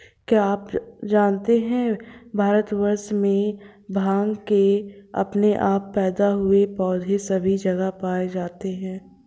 क्या आप जानते है भारतवर्ष में भांग के अपने आप पैदा हुए पौधे सभी जगह पाये जाते हैं?